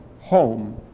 home